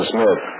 Smith